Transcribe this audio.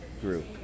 group